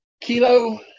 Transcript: Kilo